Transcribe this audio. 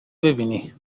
ببینی